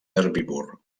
herbívor